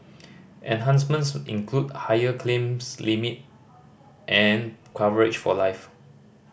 enhancements include higher claims limit and coverage for life